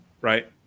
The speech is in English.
Right